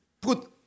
put